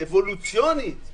אבולוציונית,